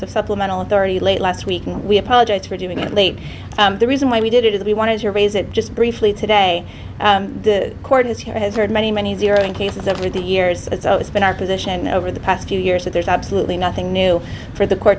of supplemental authority late last week and we apologize for doing it late the reason why we did it is we wanted to raise it just briefly today the court as he has heard many many zeroes in cases over the years it's always been our position over the past few years that there's absolutely nothing new for the court